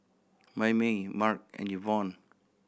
Mayme Marc and Yvonne